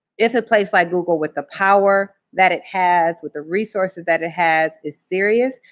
if a place like google, with the power that it has, with the resources that it has, is serious,